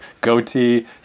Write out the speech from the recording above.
goatee